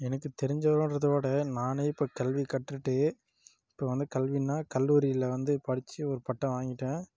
எனக்கு தெரிஞ்சதுகிறத விட நானே போய் கல்வி கற்றுக்கிட்டு இப்போது வந்து கல்வினால் கல்லூரியில் வந்து படிச்சு ஒரு பட்டம் வாங்கிவிட்டேன்